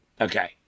Okay